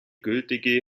gültige